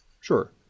sure